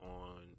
on